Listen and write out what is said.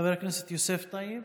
חבר הכנסת יוסף טייב,